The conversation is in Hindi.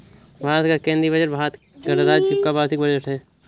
भारत का केंद्रीय बजट भारत गणराज्य का वार्षिक बजट है